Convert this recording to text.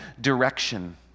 direction